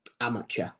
amateur